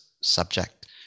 subject